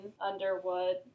Underwood